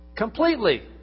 Completely